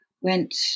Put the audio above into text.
went